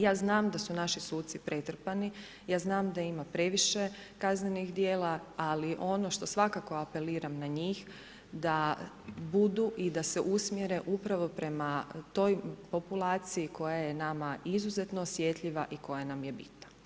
Ja znam da su naši suci pretrpani, ja znam da ima previše kaznenih djela, ali ono što svakako apeliram na njih da budu i da se usmjere upravo prema toj populaciji koja je nama izuzetno osjetljiva i koja nam je bitna.